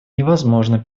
невозможно